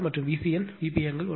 மற்றும் Vcn Vp angle 120o